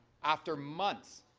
after months,